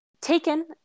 Taken